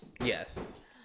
Yes